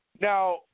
Now